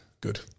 Good